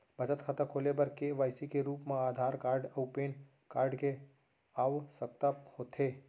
बचत खाता खोले बर के.वाइ.सी के रूप मा आधार कार्ड अऊ पैन कार्ड के आवसकता होथे